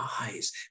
eyes